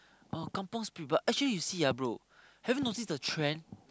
uh kampung spirit but actually you see ah bro have you notice the trend